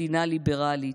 מדינה ליברלית.